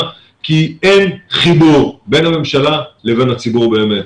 כי אין חיבור בין הממשלה לבין הציבור באמת.